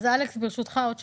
עוד שאלה, ברשותך.